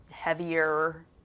Heavier